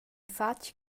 fatg